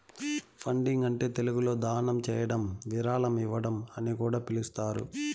funding అంటే తెలుగులో దానం చేయడం విరాళం ఇవ్వడం అని కూడా పిలుస్తారు